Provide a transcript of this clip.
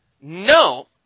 No